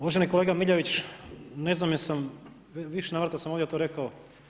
Uvaženi kolega Miljenić ne znam jesam, u više navrata sam ovdje to rekao.